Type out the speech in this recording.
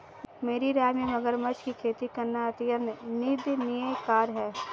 मेरी राय में मगरमच्छ की खेती करना अत्यंत निंदनीय कार्य है